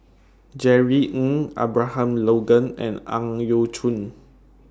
Jerry Ng Abraham Logan and Ang Yau Choon